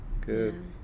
Good